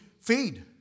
feed